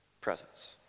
presence